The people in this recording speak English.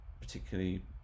particularly